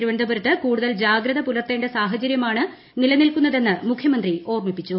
തിരുവനന്തപുരത്ത് കൂടുതൽ ജാഗ്രത പുലർത്തേണ്ട സാഹചര്യമാണ് നിലനിൽക്കുന്നതെന്ന് മുഖ്യമന്ത്രി ഓർമിപ്പിച്ചു